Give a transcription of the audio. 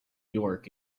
york